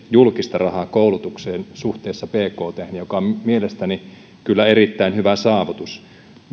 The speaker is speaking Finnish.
julkista rahaa koulutukseen suhteessa bkthen mikä on mielestäni kyllä erittäin hyvä saavutus